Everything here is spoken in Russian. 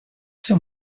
все